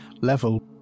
level